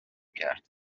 کرد